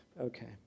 Okay